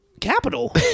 capital